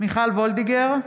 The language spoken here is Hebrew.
מיכל וולדיגר,